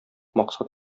максат